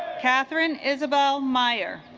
katharine isabelle mayer